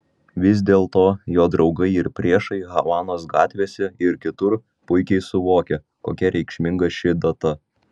vis dėlto jo draugai ir priešai havanos gatvėse ir kitur puikiai suvokia kokia reikšminga ši data